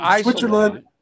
Switzerland